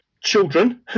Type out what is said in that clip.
children